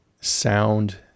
sound